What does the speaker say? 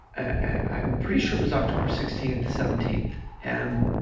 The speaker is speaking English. i'm pretty sure it was october sixteenth, seventeenth, and